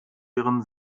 ihren